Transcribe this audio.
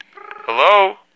Hello